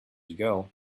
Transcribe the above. ago